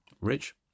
Rich